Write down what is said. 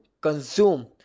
consume